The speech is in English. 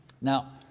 Now